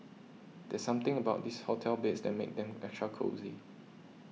there's something about this hotel beds that makes them extra cosy